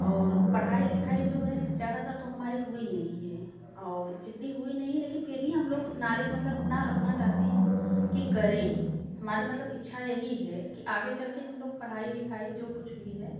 और पढ़ाई लिखाई जो है ज्यादातर तो हमारी हुई नहीं है और जितनी हुई नहीं है लेकिन फिर भी हम लोग नॉलेज मतलब इतना रखना चाहते हैं कि करें हमारी मतलब इच्छा यही है कि आगे चल के हम लोग पढ़ाई लिखाई जो कुछ भी है